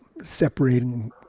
separating